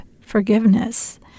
forgiveness